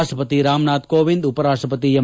ರಾಷ್ಟಪತಿ ರಾಮನಾಥ್ ಕೋವಿಂದ್ ಉಪರಾಷ್ಟಪತಿ ಎಂ